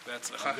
בבקשה.